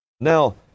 Now